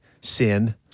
sin